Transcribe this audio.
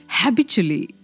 habitually